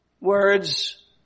words